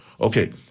Okay